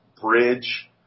bridge